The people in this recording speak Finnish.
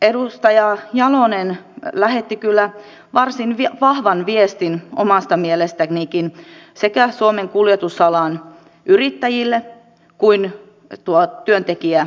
edustaja jalonen lähetti kyllä varsin vahvan viestin omasta mielestänikin sekä suomen kuljetusalan yrittäjille että työntekijäjärjestöille